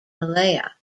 malaya